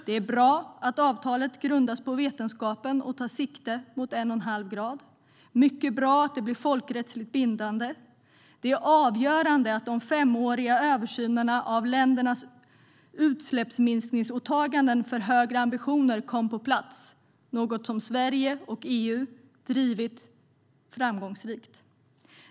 Det är bra att avtalet grundas på vetenskapen och tar sikte på en och en halv grad. Det är mycket bra att det blir folkrättsligt bindande. Det är avgörande att de femåriga översynerna av ländernas utsläppsminskningsåtaganden för högre ambitioner kom på plats, något som Sverige och EU har drivit framgångsrikt.